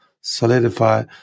solidify